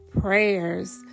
prayers